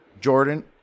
Jordan